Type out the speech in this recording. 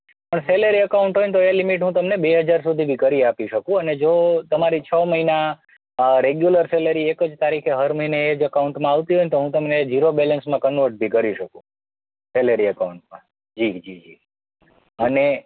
અને salary account હોય ને તો એ લિમિટ હું તમને બે હજાર સુધી બી કરી આપી શકું અને જો તમારી છ મહિના રેગ્યુલર સેલરી એક જ તારીખે હર મહિને એ જ અકાઉન્ટમાં આવતી હોય ને તો હું તમને જીરો બેલેન્સમાં કન્વર્ટ બી કરી શકું સેલેરી અકાઉન્ટમાં જી જી જી અને